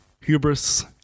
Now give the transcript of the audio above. hubris